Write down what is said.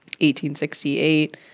1868